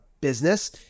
business